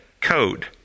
code